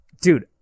Dude